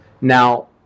Now